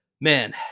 man